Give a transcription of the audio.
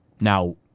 Now